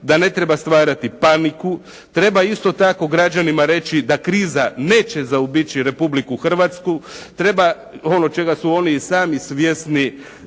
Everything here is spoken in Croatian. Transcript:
Da ne treba stvarati paniku. Treba isto tako građanima reći da kriza neće zaobići Republiku Hrvatsku. Treba, ono čega su oni i sami svjesni,